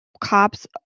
cops